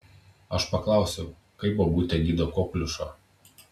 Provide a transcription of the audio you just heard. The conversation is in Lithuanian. aš paklausiau kaip bobutė gydo kokliušą